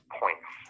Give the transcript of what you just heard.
points